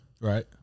Right